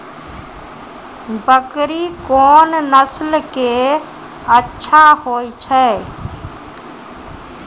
बकरी कोन नस्ल के अच्छा होय छै?